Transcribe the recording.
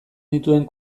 nituen